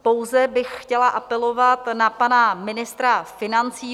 Pouze bych chtěla apelovat na pana ministra financí.